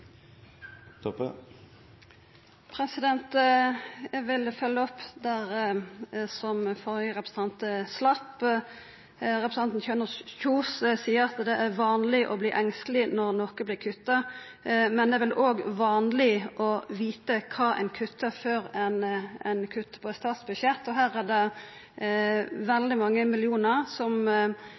slapp. Representanten Kari Kjønaas Kjos seier at det er vanleg å verta engsteleg når noko vert kutta, men det er vel òg vanleg å vita kva ein kuttar, før ein kuttar i eit statsbudsjett. Her er det veldig mange millionar som